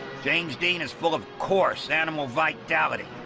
james dean is full of coarse animal vitality.